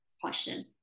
question